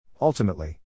Ultimately